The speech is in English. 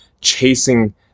chasing